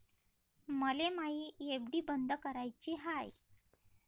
मले मायी एफ.डी बंद कराची हाय